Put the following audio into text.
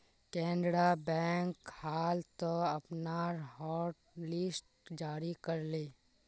Canara bank हाल त अपनार हॉटलिस्ट जारी कर ले